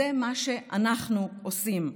זה מה שאנחנו עושים,